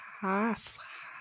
half